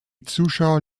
zuschauer